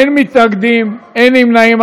אין מתנגדים ואין נמנעים.